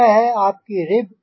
यह है आपकी रिब